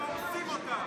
אתם הורסים אותה.